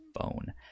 phone